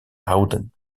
houden